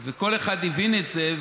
כל אחד הבין את זה,